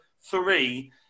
three